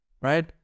right